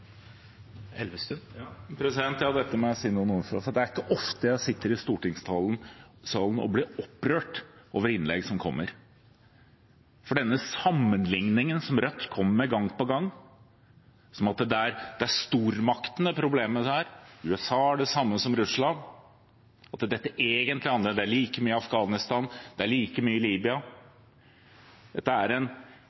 Dette må jeg si noen ord til, for det er ikke ofte jeg sitter i stortingssalen og blir opprørt over innlegg som kommer. Denne sammenligningen som Rødt kommer med gang på gang om at det er i stormaktene problemene er, USA har det samme som Russland, at dette egentlig er like mye i Afghanistan, det er like mye i Libya,